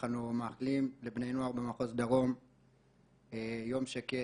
אנחנו מאחלים לבני הנוער במחוז דרום יום שקט,